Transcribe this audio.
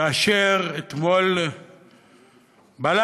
כאשר אתמול בלילה